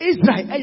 Israel